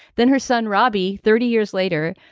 then her son, robbie, thirty years later,